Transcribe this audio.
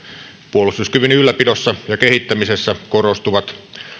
puolustuskyvyn ylläpidossa ja kehittämisessä korostuvat